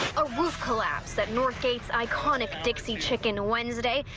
a roof collapse at northgate psychotic dixie chicken wednesday,